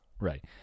Right